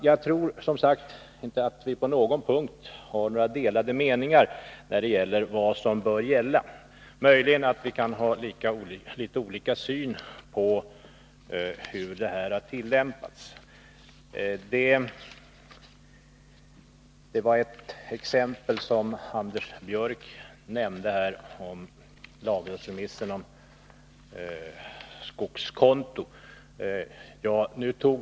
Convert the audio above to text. Jag tror som sagt inte att vi på någon punkt har delade meningar om vad som bör gälla. Möjligen kan vi ha litet olika syn på hur detta har tilllämpats. Anders Björck nämnde lagrådsremissen av förslaget om skogsvårdskonto.